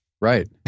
Right